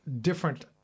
different